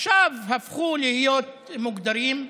עכשיו הפכו להיות מוגדרים,